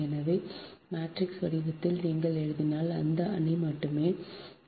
எனவே மேட்ரிக்ஸ் வடிவத்தில் நீங்கள் எழுதினால் இந்த அணி மட்டும் இருக்கும்